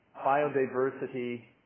Biodiversity